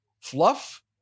fluff